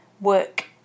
work